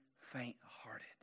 faint-hearted